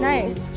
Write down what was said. Nice